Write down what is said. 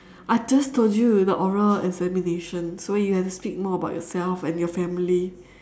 I just told you you know oral examination so you have to speak more about yourself and your family